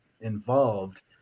involved